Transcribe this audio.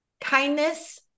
kindness